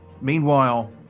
Meanwhile